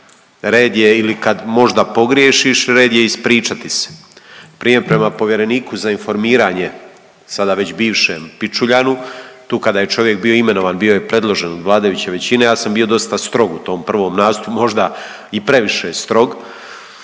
red je i kad možda pogriješiš, red je ispričati se. Prije, prema povjereniku za informiranje, sada već bivšem Pičuljanu, tu kada je čovjek bio imenovan, bio je predložen od vladajuće većine, ja sam bio strog u tom prvom nastupu, možda i previše strog